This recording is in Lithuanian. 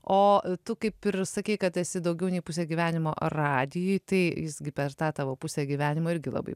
o tu kaip ir sakei kad esi daugiau nei pusė gyvenimo radijuj tai visgi per tą tavo pusę gyvenimo irgi labai